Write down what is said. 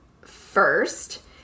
first